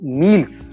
meals